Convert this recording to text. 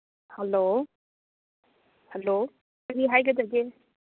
hello hello ꯀꯔꯤ ꯍꯥꯏꯒꯗꯒꯦ